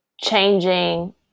changing